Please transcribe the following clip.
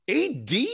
AD